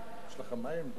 יש לך מים, דב?